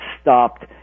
stopped